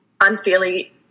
unfairly